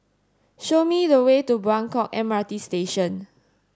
show me the way to Buangkok M R T Station